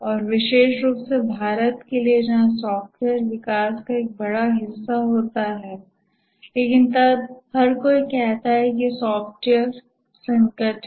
और विशेष रूप से भारत के लिए जहां सॉफ्टवेयर विकास का बड़ा हिस्सा होता है लेकिन तब हर कोई कहता है कि एक सॉफ्टवेयर संकट है